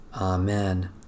Amen